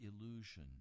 illusion